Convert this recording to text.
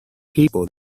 people